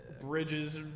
bridges